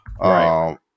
Right